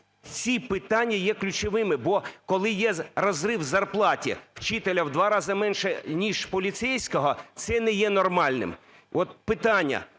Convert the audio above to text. Ці питання є ключовими, бо коли є розрив в зарплаті вчителі в 2 рази менше ніж поліцейського, це не є нормальним.